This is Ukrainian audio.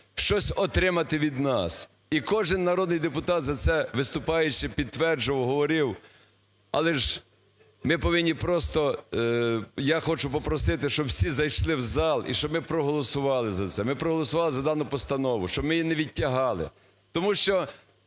щось отримати від нас. І кожен народний депутат за це, виступаючи, підтверджував, говорив. Але ж ми повинні просто… Я хочу попросити, щоб всі зайшли в зал і щоб ми проголосували за це. Ми проголосували за дану постанову, щоб ми її не відтягували. Тому що